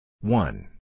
One